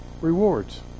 rewards